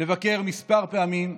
לבקר כמה פעמים,